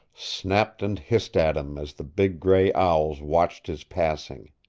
snapped and hissed at him as the big gray owls watched his passing.